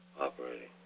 operating